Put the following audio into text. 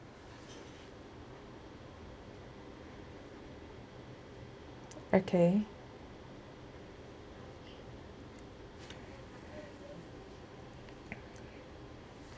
okay